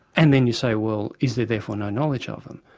and then you say, well, is there therefore no knowledge of them?